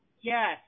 Yes